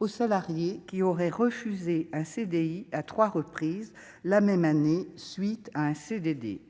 aux salariés qui aurait refusé un CDI à 3 reprises, la même année, suite à un. CDD